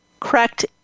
correct